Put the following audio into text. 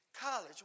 college